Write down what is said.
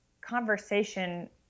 conversation